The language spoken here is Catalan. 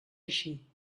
així